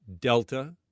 Delta